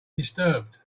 disturbed